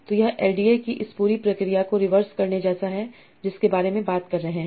तो यह एलडीए की इस पूरी प्रक्रिया को रिवर्स करने जैसा है जिसके बारे में हम बात कर रहे हैं